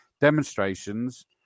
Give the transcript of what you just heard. demonstrations